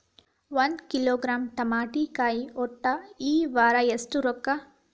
ಒಂದ್ ಕಿಲೋಗ್ರಾಂ ತಮಾಟಿಕಾಯಿ ಒಟ್ಟ ಈ ವಾರ ಎಷ್ಟ ರೊಕ್ಕಾ?